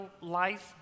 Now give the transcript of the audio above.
life